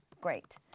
great